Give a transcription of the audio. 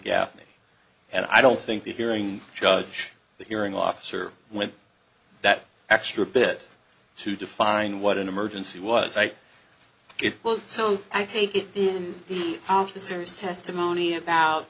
gaffney and i don't think the hearing judge the hearing officer went that extra bit to define what an emergency was like it was so i take it in the officers testimony about